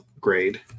grade